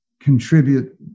contribute